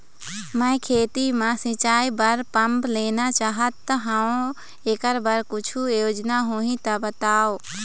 मैं खेती म सिचाई बर पंप लेना चाहत हाव, एकर बर कुछू योजना होही त बताव?